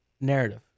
Narrative